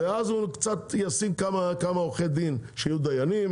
אז הוא ישים קצת עורכי דין שיהיו דיינים.